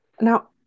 Now